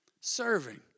Serving